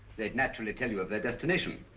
they'd naturally tell you of their destination.